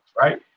right